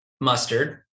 mustard